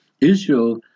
Israel